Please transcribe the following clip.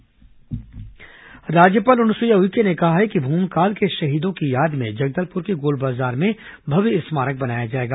राज्यपाल बैठक राज्यपाल अनुसुईया उइके ने कहा है कि भूमकाल के शहीदों की याद में जगदलपुर के गोलबाजार में भव्य स्मारक बनाया जाएगा